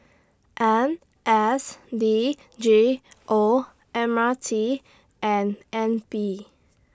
N S D G O M R T and N P